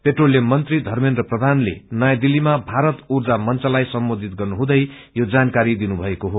petroleum मंत्री धमेन्द्र प्रधानले हिज नयाँ दिल्लीमा भारत ऊर्जा मंचलाई सम्बोधित गर्नुहुँदै यो जानकारी दिनुभएको हो